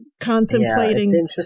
contemplating